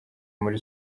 muri